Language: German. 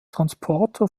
transporter